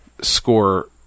score